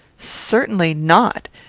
certainly not.